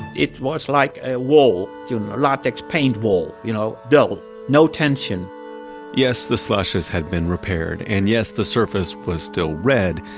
it was like a wall, you know a latex paint wall. you know dull, no tension yes, the slashes had been repaired, and yes, the surface was still red,